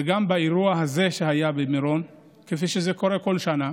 גם באירוע הזה שהיה במירון, כפי שזה קורה כל שנה.